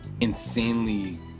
insanely